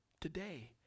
today